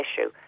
issue